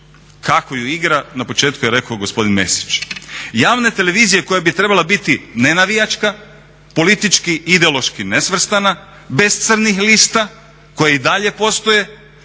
Kako ju igra na početku je rekao gospodin Mesić. Javna televizija koja bi trebala biti ne navijačka, politički i ideološki nesvrstana, bez crnih lista koje i dalje postoje